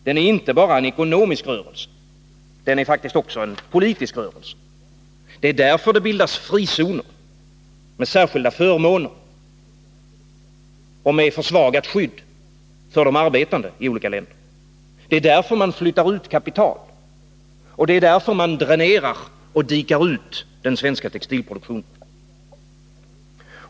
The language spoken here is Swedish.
Den är inte bara en ekonomisk rörelse — den är faktiskt också en politisk rörelse. Det är därför det bildas frizoner med särskilda förmåner och med försvagat skydd för de arbetande i olika länder. Det är därför man flyttar ut kapital. Det är därför man dränerar och dikar ut den svenska textilproduktionen.